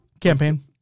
campaign